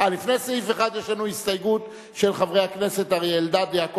לפני סעיף 1 יש לנו הסתייגות של חברי הכנסת אריה אלדד,